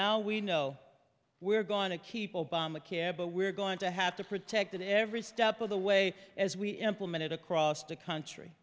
now we know we're going to keep obamacare but we're going to have to protect it every step of the way as we implemented across the country